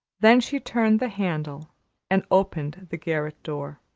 then she turned the handle and opened the garret-door.